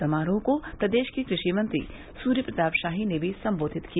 समारोह को प्रदेश के कृषि मंत्री सूर्य प्रताप शाही ने भी सम्बोधित किया